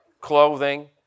clothing